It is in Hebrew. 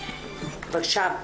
בקשה.